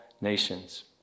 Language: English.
nations